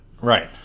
Right